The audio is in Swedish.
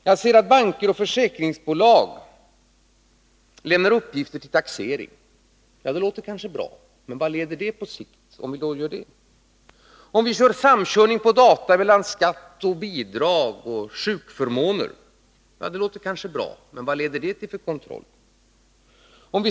Jag ser att banker och försäkringsbolag lämnar uppgifter för taxeringen. Det låter kanske bra. Men vad leder det till på sikt? Om man använder samkörning av dataregister när det gäller skatter, bidrag och sjukförmåner — det låter kanske bra, men vad innebär det för kontroll?